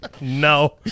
No